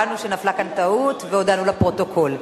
הבנו שנפלה כאן טעות והודענו לפרוטוקול.